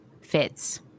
fits